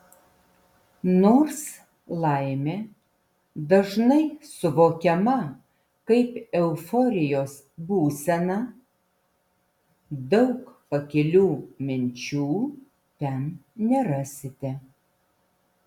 nors laimė dažnai suvokiama kaip euforijos būsena daug pakilių minčių ten nerasite